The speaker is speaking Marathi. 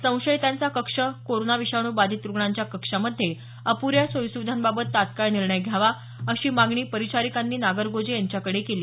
संशयितांचा कक्ष कोरोना विषाणू बाधित रुग्णांचा कक्षामध्ये अपूऱ्या सोयीसुविधांबाबत तात्काळ निर्णय घ्यावा अशी मागणी परिचारिकांनी नागरगोजे यांच्याकडे केली